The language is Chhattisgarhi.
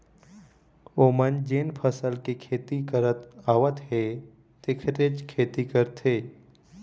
ओमन जेन फसल के खेती करत आवत हे तेखरेच खेती करथे